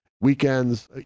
weekends